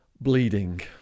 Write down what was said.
bleeding